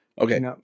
Okay